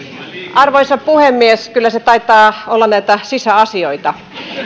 arvoisa puhemies kyllä se taitaa olla näitä sisäasioita